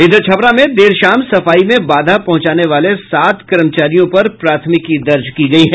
इधर छपरा में देर शाम सफाई में बाधा पहुंचाने वाले सात कर्मचारियों पर प्राथमिकी दर्ज की गयी है